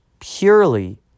purely